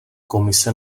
komise